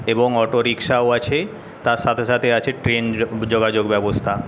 এবং অটোরিকশাও আছে তার সাথে সাথে আছে ট্রেন যোগাযোগ ব্যবস্থা